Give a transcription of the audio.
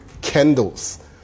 candles